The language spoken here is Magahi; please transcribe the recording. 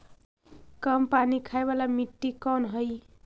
कम पानी खाय वाला मिट्टी कौन हइ?